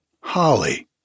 Holly